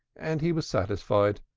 and he was satisfied,